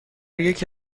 یکی